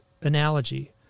analogy